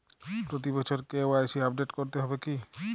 প্রতি বছরই কি কে.ওয়াই.সি আপডেট করতে হবে?